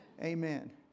Amen